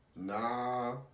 Nah